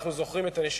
ואנחנו זוכרים את הנשיקות